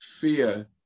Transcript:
fear